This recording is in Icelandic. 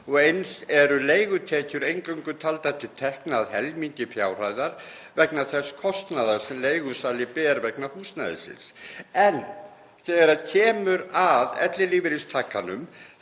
og eins eru leigutekjur eingöngu taldar til tekna að helmingi fjárhæðar vegna þess kostnaðar sem leigusali ber vegna húsnæðisins. En þegar kemur að ellilífeyristakanum